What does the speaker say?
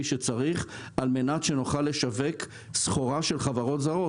על מנת שנוכל לשווק סחורה של חברות זרות.